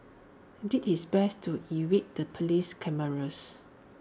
did his best to evade the Police cameras